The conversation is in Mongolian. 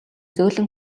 зөөлөн